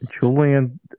Julian